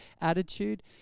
attitude